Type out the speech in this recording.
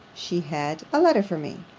she had a letter for me.